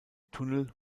tunnel